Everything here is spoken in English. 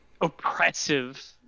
oppressive